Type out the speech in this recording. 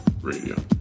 Radio